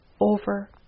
over